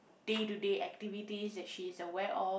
day to day activities that she's aware of